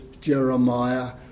Jeremiah